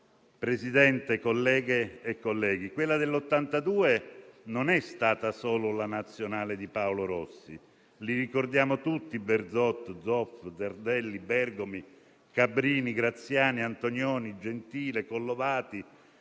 Presidente, colleghe e colleghi, quella dell'82 non è stata solo la nazionale di Paolo Rossi. Li ricordiamo tutti: Bearzot, Zoff, Tardelli, Bergomi, Cabrini, Graziani, Antognoni, Gentile, Collovati,